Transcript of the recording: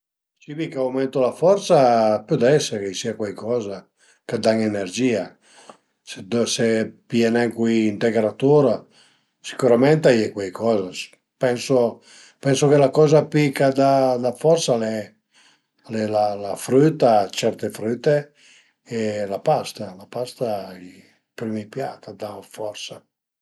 I cibi ch'aumentu la forsa, a põl ese che ch'a iei sìa cuaicoza ch'a da energìa, se pìe nen cui integratur, sicürament a ie cuaicoza, pensu che la coza pi ch'a da la forsa al e la la früta, certe früte e la pasta, la pasta, i primi piat a dan la forsa